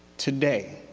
today